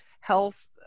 health